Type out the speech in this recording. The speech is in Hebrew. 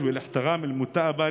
ונשמור על ערכי הדו-קיום והכבוד ההדדי.